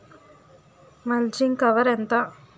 Mulching cover ఎంత?